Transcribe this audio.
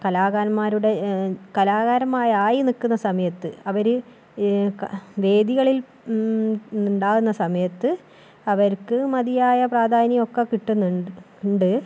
കലാകാരന്മാരുടെ കലാകാരന്മാരായി നിൽക്കുന്ന സമയത്ത് അവർ വേദികളിൽ ഉണ്ടാകുന്ന സമയത്ത് അവർക്ക് മതിയായ പ്രാധാന്യമൊക്കെ കിട്ടുന്നുണ്ട്